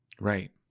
Right